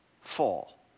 fall